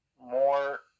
more